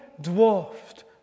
dwarfed